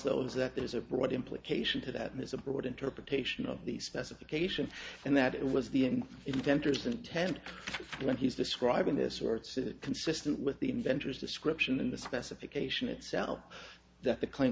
though is that there is a broad implication to that miss a broad interpretation of the specification and that it was the inventors intent when he's describing this sorts it consistent with the inventors description in the specification itself that the claim